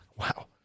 Wow